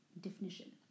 definition